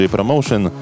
Promotion